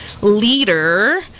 leader